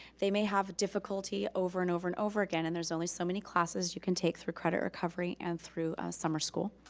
they may have difficulty over and over and over again, and there's only so many classes you can take through credit recovery and through summer school.